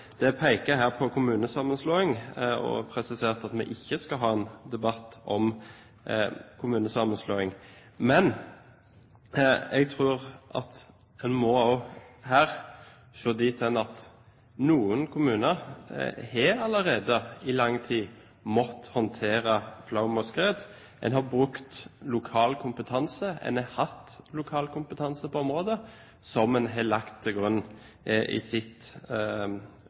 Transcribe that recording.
her på kommunesammenslåing og presiseres at vi ikke skal ha en debatt om kommunesammenslåing, men jeg tror at en også her må se at noen kommuner allerede i lang tid har måttet håndtere flom og skred. En har brukt lokal kompetanse, en har hatt lokal kompetanse på området som en har lagt til grunn i sitt